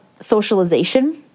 socialization